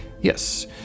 Yes